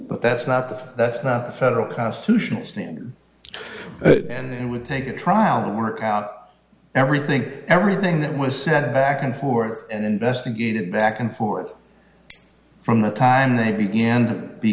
but that's not the that's the federal constitutional standard and would take a trial and work out everything everything that was sent back and forth and investigate it back and forth from the time it began to be